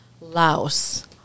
Laos